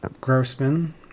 grossman